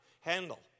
handle